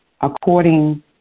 according